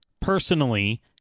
personally